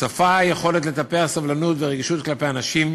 לשפה יש יכולת לטפח סבלנות ורגישות כלפי אנשים